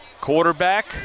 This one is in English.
Quarterback